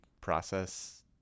process